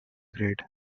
grade